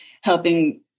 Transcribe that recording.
helping